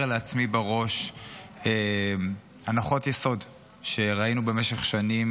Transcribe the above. לעצמי בראש הנחות יסוד שראינו במשך שנים,